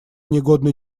негодной